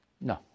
No